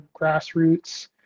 grassroots